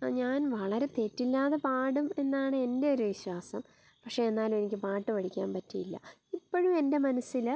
അത് ഞാൻ വളരെ തെറ്റില്ലാതെ പാടും എന്നാണ് എൻ്റെ ഒരു വിശ്വാസം പക്ഷേ എന്നാലും എനിക്ക് പാട്ട് പഠിക്കാൻ പറ്റിയില്ല ഇപ്പോഴും എൻ്റെ മനസ്സിൽ